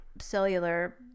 cellular